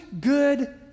good